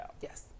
Yes